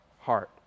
heart